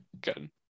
Good